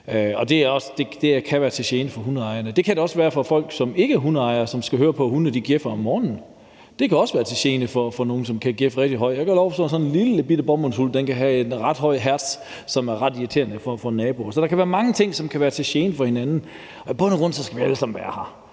Det kan være til gene for hundeejerne. Det kan det også være for folk, som ikke er hundeejere, og som skal høre på, at hundene gæffer om morgenen. Det kan også være til gene for nogle, at hundene kan gæffe rigtig højt. Jeg skal love for, at sådan en lillebitte bomuldshund kan have en ret høj hertz, som er ret irriterende for en nabo. Så der kan være mange ting, som kan være til gene for hinanden indbyrdes. I bund og grund skal vi alle sammen være her,